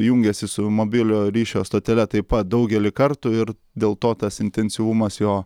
jungiasi su mobiliojo ryšio stotele taip pat daugelį kartų ir dėl to tas intensyvumas jo